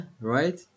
right